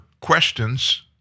questions